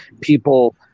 people –